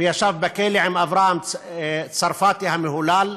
וישב בכלא עם אברהם צרפתי המהולל.